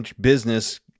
business